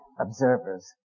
observers